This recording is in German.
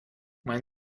mein